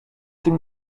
tym